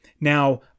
Now